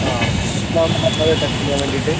അവിടെ നിന്നാണോ പറഞ്ഞത് ടെസ്റ്റ് ചെയ്യാൻ വേണ്ടിയിട്ട്